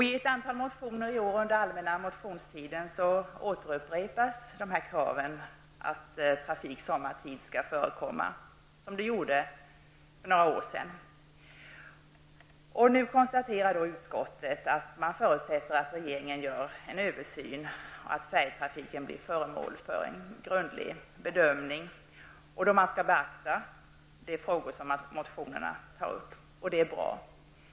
I ett antal motioner från allmänna motionstiden i år upprepas kravet på att trafik skall förekomma sommartid som för några år sedan. Nu förutsätter utskottet att regeringen ser till att färjetrafiken blir föremål för en grundlig översyn, varvid man skall beakta de frågor som tas upp i motionerna. Det är bra.